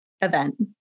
event